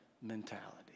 mentality